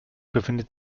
befindet